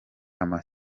ama